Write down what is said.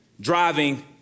driving